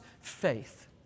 faith